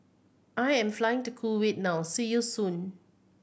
I am flying to Kuwait now see you soon